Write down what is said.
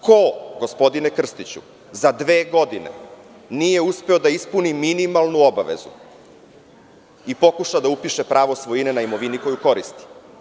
Ko, gospodine Krstiću, za dve godine nije uspeo da ispuni minimalnu obavezu i pokuša da upiše pravo svojine na imovini koju koristi?